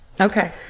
okay